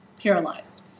paralyzed